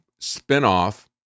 spinoff